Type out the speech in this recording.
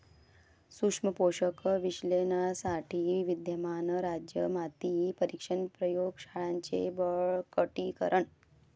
सूक्ष्म पोषक विश्लेषणासाठी विद्यमान राज्य माती परीक्षण प्रयोग शाळांचे बळकटीकरण